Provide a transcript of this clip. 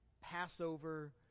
Passover